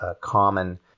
common